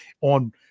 on